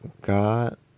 got